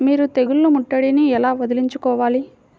మీరు తెగులు ముట్టడిని ఎలా వదిలించుకోవాలి?